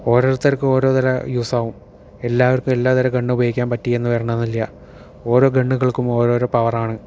ഒരോരുത്തർക്കും ഓരോ തര യൂസ് ആവും എല്ലാവർക്കും എല്ലാ തര ഗണ്ണും ഉപയോഗിക്കാൻ പറ്റി എന്നു വരണമെന്നില്ല ഓരോ ഗണ്ണുകൾക്കും ഓരോരോ പവറാണ്